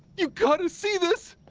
you gotta see this!